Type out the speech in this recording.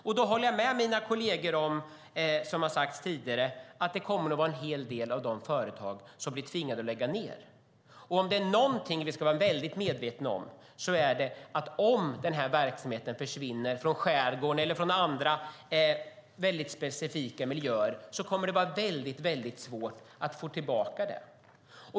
Jag håller med mina kolleger om det som har sagts tidigare: Då kommer en hel del av de företagen att tvingas lägga ned. Om det är någonting vi ska vara väldigt medvetna om är det att om den här verksamheten försvinner från skärgården eller från andra specifika miljöer, då kommer det att vara väldigt svårt att få tillbaka den.